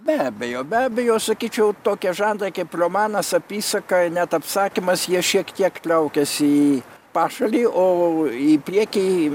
be abejo be abejo sakyčiau tokie žanrai kaip romanas apysaka net apsakymas jie šiek tiek traukiasi į pašalį o į priekį